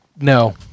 no